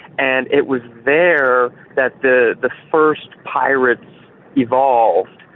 and it was there that the the first pirates evolved,